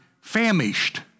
famished